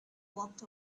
walked